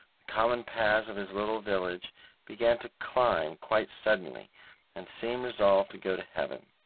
the common paths of his little village began to climb quite suddenly and seemed resolved to go to heaven.